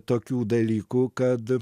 tokių dalykų kad